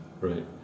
Right